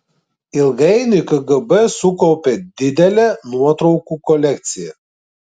ilgainiui kgb sukaupė didelę nuotraukų kolekciją